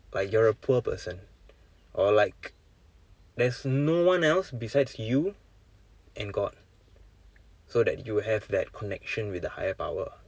like you're a poor person or like there's no one else besides you and god so that you have that connection with the higher power